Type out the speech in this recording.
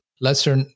lesser